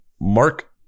Mark